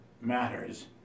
matters